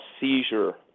seizure